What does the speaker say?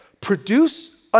produce